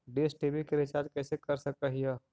Dish TV के recharge कैसे कर सक हिय?